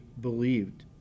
believed